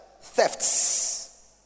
thefts